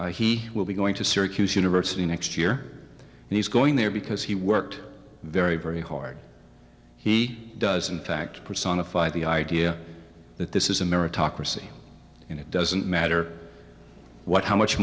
he will be going to syracuse university next year and he's going there because he worked very very hard he does in fact personify the idea that this is a meritocracy and it doesn't matter what how much